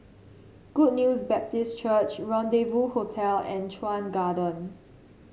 Good News Baptist Church Rendezvous Hotel and Chuan Garden